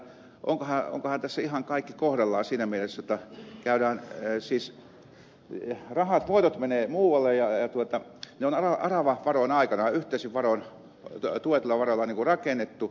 miettii vaan onkohan tässä ihan kaikki kohdallaan siinä mielessä jotta voitot menevät muualle vaikka ne aravavaroin aikanaan yhteisin varoin tuetuilla varoilla on rakennettu